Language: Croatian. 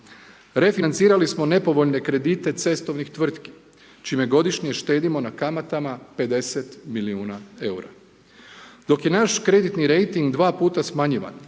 Refinancirali smo nepovoljne kredite cestovnih tvrtki čime godišnje štedimo na kamatama 50 milijuna eura. Dok je naš kreditni rejting dva puta smanjivan